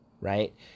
right